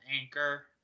anchor